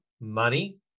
money